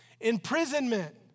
imprisonment